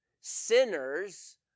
sinners